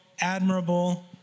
admirable